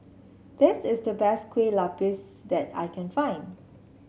this is the best Kueh Lupis that I can find